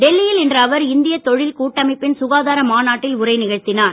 டெல்லியில் இன்று அவர் இந்திய தொழில் கூட்டமைப்பின் சுகாதார மாநாட்டில் உரை நிகழ்த்தினார்